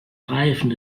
reifen